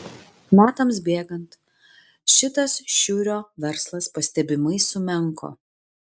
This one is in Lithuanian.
metams bėgant šitas šiurio verslas pastebimai sumenko